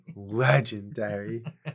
legendary